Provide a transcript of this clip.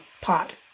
pot